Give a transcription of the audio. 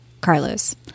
Carlos